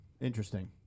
interesting